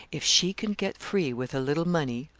if she can get free with a little money,